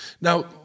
Now